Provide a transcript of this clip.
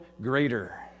greater